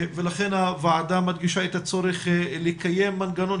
ולכן הוועדה מדגישה את הצורך לקיים מנגנון